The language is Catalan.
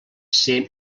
ser